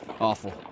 Awful